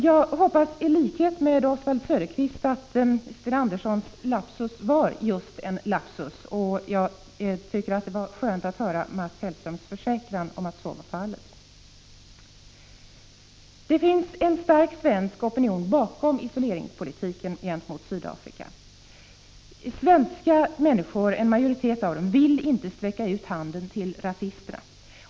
Liksom Oswald Söderqvist hoppas jag att Sten Anderssons lapsus var just en lapsus. Det var skönt att höra Mats Hellströms försäkran att så var fallet. Det finns en stark svensk opinion bakom isoleringspolitiken gentemot Sydafrika. En majoritet av svenskarna vill inte sträcka ut handen till rasisterna.